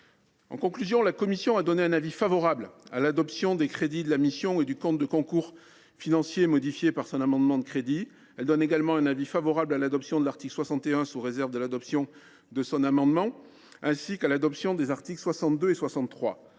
En conclusion, la commission des finances a donné un avis favorable sur l’adoption des crédits de la mission et du compte de concours financier, modifié par son amendement de crédit ; elle donne également un avis favorable sur l’adoption de l’article 61, sous réserve de l’adoption de son amendement, ainsi qu’à l’adoption des articles 62 et 63